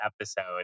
episode